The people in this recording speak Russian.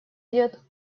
идет